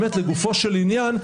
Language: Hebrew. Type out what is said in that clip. לגופו של עניין,